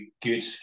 good